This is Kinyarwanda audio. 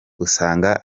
usanga